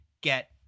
get